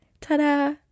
Ta-da